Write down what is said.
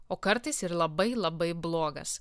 o kartais ir labai labai blogas